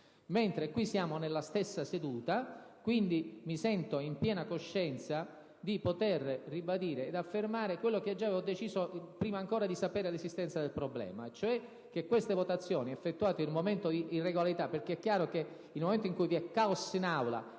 nel corso della stessa seduta e mi sento quindi, in piena coscienza, di poter ribadire e affermare quanto già avevo deciso prima ancora di sapere dell'esistenza del problema, cioè che queste votazioni sono state effettuate in un momento di irregolarità, perché è chiaro che, in un momento in cui vi è caos in Aula